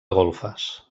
golfes